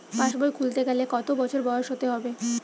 পাশবই খুলতে গেলে কত বছর বয়স হতে হবে?